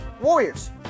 Warriors